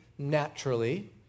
naturally